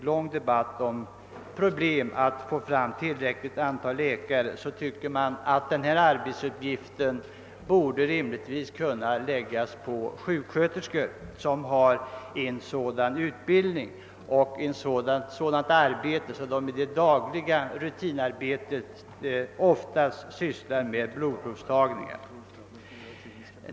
Uppgiften att ta blodprov borde därför kunna läggas på sådana sjuksköterskor som har erforderlig utbildning och som i sitt dagliga rutinarbete ofta tar blodprov.